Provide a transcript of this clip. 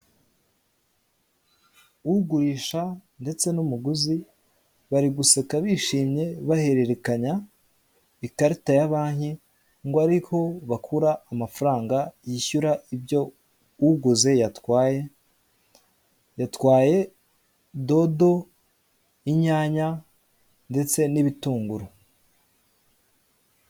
Ugurisha ndetse n'umuguzi bari guseka bishimye bahererekanya ikarita ya banki ngo ariho bakura amafaranga yishyura ibyo uguze yatwaye, yatwaye dodo, inyanya ndetse n'ibitunguru.